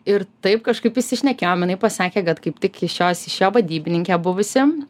ir taip kažkaip išsišnekėjom jinai pasakė kad kaip tik iš jos išėjo vadybininkė buvusi